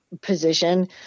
position